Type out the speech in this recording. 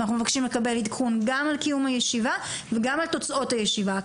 אנחנו מבקשים לקבל עדכון גם על קיום הישיבה וגם על תוצאות הישיבה,